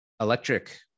electric